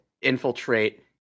infiltrate